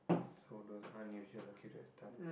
so those unusual accurate stuff